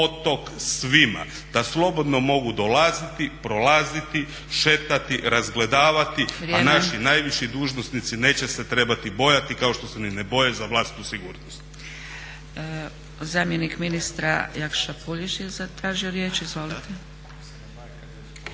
otok svima, da slobodno mogu dolaziti, prolaziti, šetati, razgledavati, a najviši najviši dužnosnici neće se trebati bojati kao što se ni ne boje za vlastitu sigurnost.